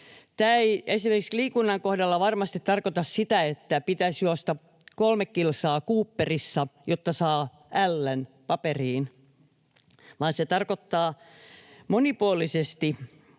Tämä ei esimerkiksi liikunnan kohdalla varmasti tarkoita sitä, että pitäisi juosta kolme kilsaa Cooperissa, jotta saa ällän paperiin, vaan se tarkoittaa monipuolista